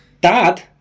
dad